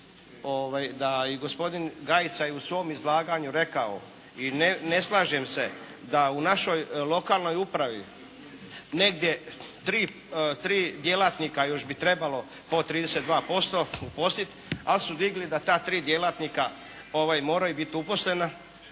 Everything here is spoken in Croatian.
da i gospodin Gajica je u svom izlaganju rekao. I ne slažem se da u našoj lokanoj upravi negdje tri djelatnika još bi trebalo po 32% uposliti ali su digli da ta tri djelatnika moraju biti uposlena